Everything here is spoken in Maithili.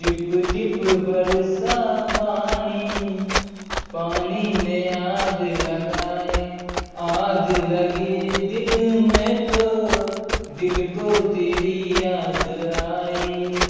टिप टिप बरसा पानी पानी में आग लगाए आग लगी दिल में तो दिल को तेरी याद आई